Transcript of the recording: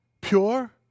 pure